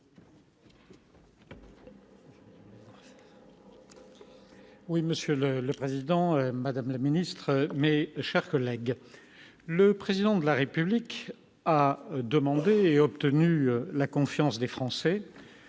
Oui, Monsieur le Président, Madame la ministre mais, chers collègues, le président de la République a demandé et obtenu la confiance des Français